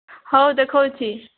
ହେଉ ଦେଖାଉଛି